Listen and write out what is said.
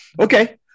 Okay